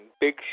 Big